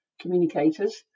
communicators